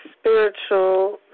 spiritual